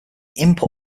input